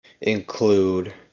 include